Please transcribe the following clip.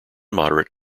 moderate